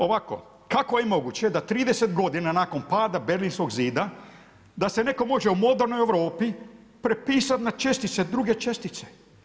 Ovako, kako je moguće da 30 godina nakon pada Berlinskog zida da se neko može u modernoj Europi prepisat ne čestice, druge čestice.